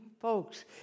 folks